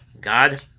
God